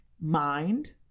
mind